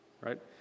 Right